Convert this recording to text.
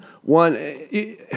One